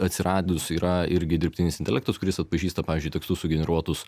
atsiradus yra irgi dirbtinis intelektas kuris atpažįsta pavyzdžiui tekstus sugeneruotus